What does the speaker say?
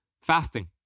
fasting